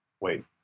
wait